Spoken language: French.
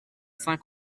saint